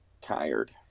tired